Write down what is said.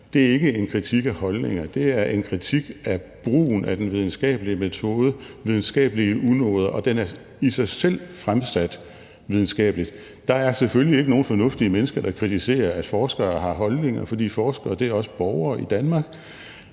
er ikke en kritik af holdninger. Det er en kritik af brugen af den videnskabelige metode og af videnskabelige unoder, og kritikken er i sig selv fremsat videnskabeligt. Der er selvfølgelig ikke nogen fornuftige mennesker, der kritiserer, at forskere har holdninger, for forskere er også borgere i Danmark.